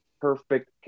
perfect